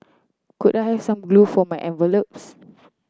could I have some glue for my envelopes